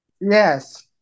yes